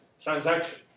transaction